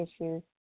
issues